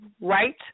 right